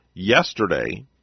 Yesterday